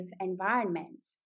environments